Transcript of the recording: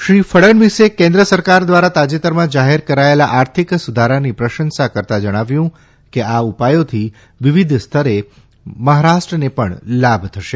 શ્રી ફડણવીસે કેન્દ્ર સરકાર દ્વારા તાજેતરમાં જાહેર કરાયેલા આર્થિક સુધારાની પ્રશંસા કરતાં જણાવ્યું કે આ ઉપાયોથી વિવિધ સ્તરે મહારાષ્ટ્રને પણ લાભ થશે